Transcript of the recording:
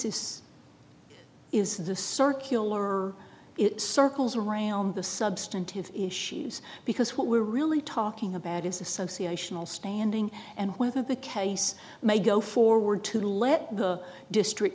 is is the circular it circles around the substantive issues because what we're really talking about is association all standing and whether the case may go forward to let the district